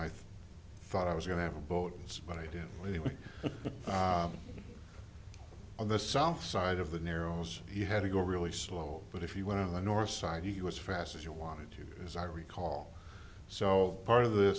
i thought i was going to have a boat but i did he was on the south side of the narrows he had to go really slow but if you went on the north side you as fast as you wanted to as i recall so part of the